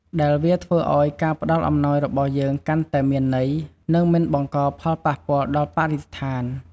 ដែលវាធ្វើឱ្យការផ្តល់អំណោយរបស់យើងកាន់តែមានន័យ និងមិនបង្កផលប៉ះពាល់ដល់បរិស្ថាន។